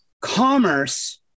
Commerce